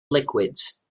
liquids